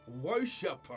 worshiper